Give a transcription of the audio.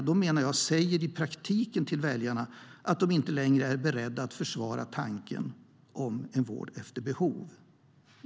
De säger i praktiken till väljarna att de inte längre är beredda att försvara tanken om vård efter behov.